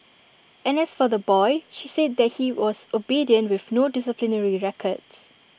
and as for the boy she said that he was obedient with no disciplinary records